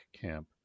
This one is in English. camp